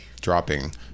dropping